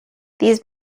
these